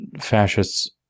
fascists